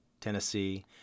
Tennessee